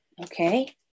okay